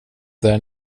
där